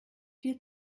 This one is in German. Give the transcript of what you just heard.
vier